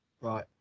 Right